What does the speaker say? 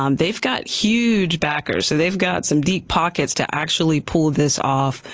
um they've got huge backers. so they've got some deep pockets to actually pull this off.